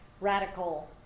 radical